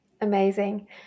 Amazing